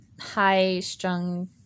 high-strung